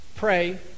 Pray